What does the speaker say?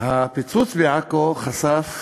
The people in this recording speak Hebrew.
הפיצוץ בעכו חשף